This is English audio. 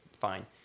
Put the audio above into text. fine